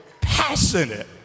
passionate